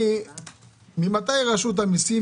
התחלנו כבר את ההצבעה.